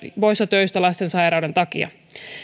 poissa töistä lasten sairauden takia